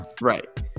Right